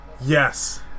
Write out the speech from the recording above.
Yes